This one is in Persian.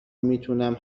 میتونم